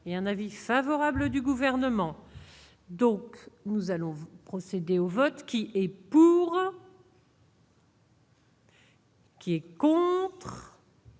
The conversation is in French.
Et un avis favorable du gouvernement, donc nous allons vous procéder au vote qui est pour. Qui est con.